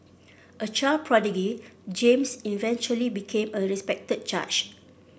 a child prodigy James eventually became a respected judge